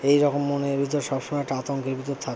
এইরকম মনের ভিতর সবসময় একটা আতঙ্কের ভিতর থাকতাম